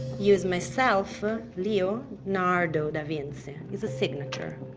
use myself leo nardo da vinci. it's a signature.